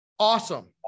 Awesome